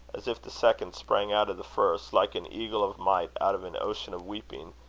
as if the second sprang out of the first, like an eagle of might out of an ocean of weeping,